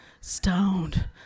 stoned